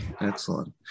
Excellent